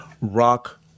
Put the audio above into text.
rock